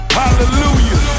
hallelujah